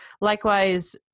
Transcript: Likewise